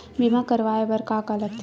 बीमा करवाय बर का का लगथे?